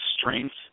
strength